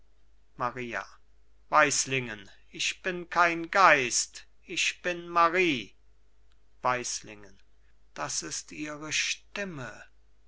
maria weislingen ich bin kein geist ich bin marie weislingen das ist ihre stimme